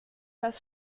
das